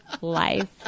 life